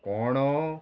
कोणो